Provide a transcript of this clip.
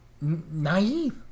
naive